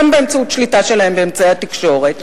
גם באמצעות שליטה שלהם באמצעי התקשורת,